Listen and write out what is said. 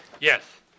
Yes